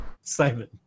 Simon